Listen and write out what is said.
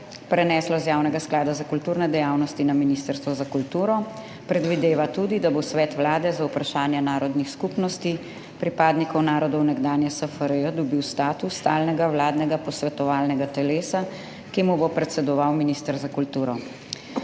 preneslo z Javnega sklada za kulturne dejavnosti na Ministrstvo za kulturo. Predvideva tudi, da bo Svet Vlade za vprašanja narodnih skupnosti pripadnikov narodov nekdanje SFRJ dobil status stalnega vladnega posvetovalnega telesa, ki mu bo predsedoval minister za kulturo.